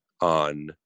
on